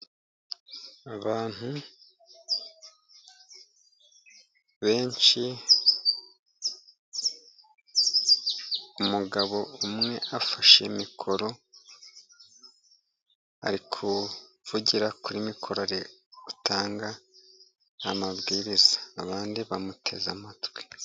Abantu benshi, umugabo umwe afashe mikoro ari kuvugira kuri mikoro, ari gutanga amabwiriza, abandi bamuteze amatwi.